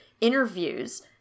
interviews